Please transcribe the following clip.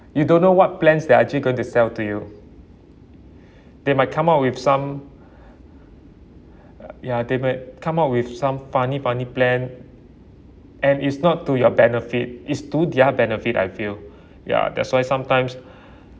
you don't know what plans they are actually going to sell to you they might come up with some ya they may come up with some funny funny plan and it's not to your benefit it's to their benefit I feel ya that's why sometimes